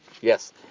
Yes